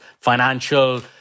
financial